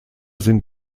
sind